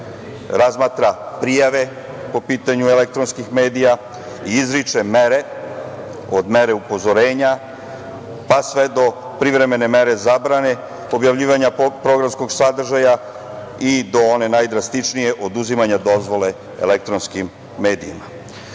razmatra prijave po pitanju elektronskih medija i izriče mere od mere upozorenja, pa sve do privremene mere zabrane, objavljivanja programskog sadržaja i do one najdrastičnije oduzimanja dozvole elektronskim medijima. To